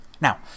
Now